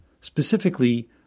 specifically